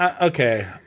Okay